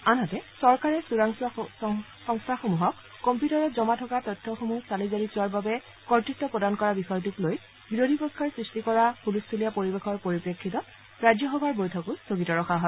আনহাতে চৰকাৰে চোৰাংচোৱা সংস্থাসমূহক কম্পিউটাৰত জমা থকা তথ্যসমূহ চালি জাৰি চোৱাৰ বাবে কৰ্তৃত্ব প্ৰদান কৰা বিষয়টোক লৈ বিৰোধী পক্ষই সৃষ্টি কৰা হুলস্থুলীয়া পৰিবেশৰ পৰিপ্ৰেক্ষিতত ৰাজ্যসভাৰ বৈঠকো স্থগিত ৰখা হয়